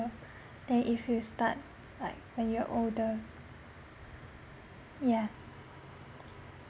than if you start like when you are older yeah